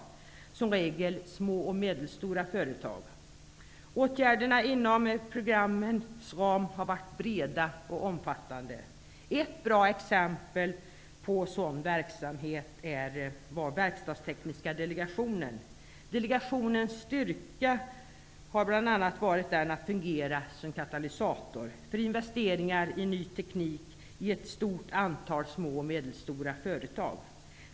Det har som regel varit små och medelstora företag. Åtgärderna inom programmens ram har varit breda och omfattande. Ett bra exempel på sådan verksamhet är Verkstadstekniska delegationen. Delegationens styrka har bl.a. varit att fungera som katalysator för investeringar i ny teknik i ett stort antal små och medelstora företag.